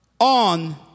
on